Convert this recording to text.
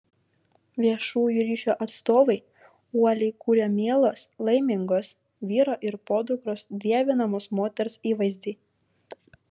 viešųjų ryšių atstovai uoliai kūrė mielos laimingos vyro ir podukros dievinamos moters įvaizdį